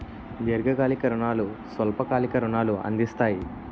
దీర్ఘకాలిక రుణాలు స్వల్ప కాలిక రుణాలు అందిస్తాయి